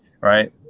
right